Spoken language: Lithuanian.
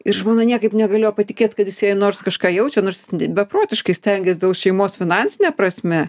ir žmona niekaip negalėjo patikėt kad jis jai nors kažką jaučia nors beprotiškai stengės dėl šeimos finansine prasme